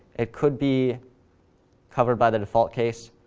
it could be covered by the default case.